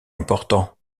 important